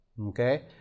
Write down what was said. Okay